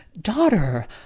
daughter